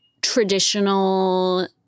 traditional